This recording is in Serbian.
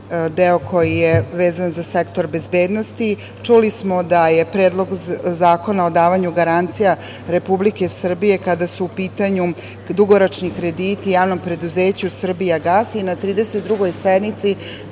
deo koji je vezan za sektor bezbednosti, čuli smo da je Predlog zakona o davanju garancija Republike Srbije kada su u pitanju dugoročni krediti JP „Srbijagas“ i na 32. sednici